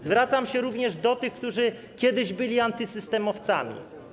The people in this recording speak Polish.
Zwracam się również do tych, którzy kiedyś byli antysystemowcami.